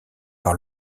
par